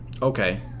Okay